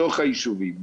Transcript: בתוך הישובים,